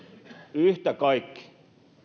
yhtä kaikki